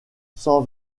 cent